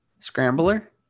scrambler